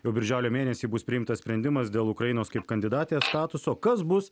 jau birželio mėnesį bus priimtas sprendimas dėl ukrainos kaip kandidatės statuso kas bus